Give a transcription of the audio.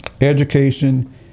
Education